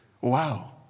Wow